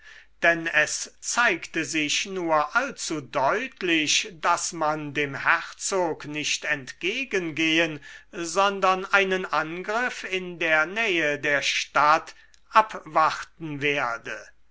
denn es zeigte sich nur allzu deutlich daß man dem herzog nicht entgegengehen sondern einen angriff in der nähe der stadt abwarten werde